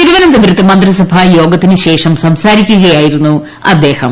തിരുവനന്തപുരത്ത് മന്ത്രിസഭായോഗത്തിന് ശേഷം സംസാരിക്കുകയായിരുന്നു അദ്ദേഹം